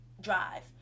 drive